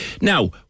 Now